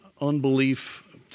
unbelief